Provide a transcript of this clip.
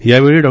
यावेळी डॉ